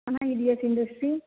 ಚೆನ್ನಾಗಿದಿಯ Sindhushree